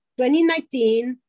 2019